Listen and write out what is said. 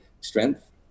strength